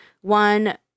one